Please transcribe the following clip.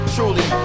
Truly